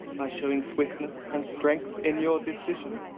by showing swiftness and strength in your decision.